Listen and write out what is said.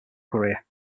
career